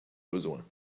besoins